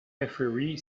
referee